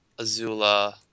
azula